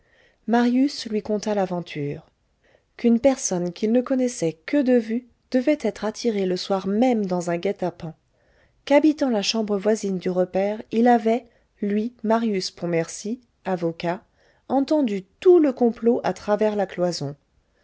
marius lui conta l'aventure qu'une personne qu'il ne connaissait que de vue devait être attirée le soir même dans un guet-apens qu'habitant la chambre voisine du repaire il avait lui marius pontmercy avocat entendu tout le complot à travers la cloison